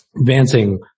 advancing